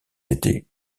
étés